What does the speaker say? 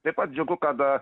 taip pat džiugu kad